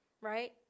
right